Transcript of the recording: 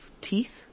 teeth